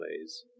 plays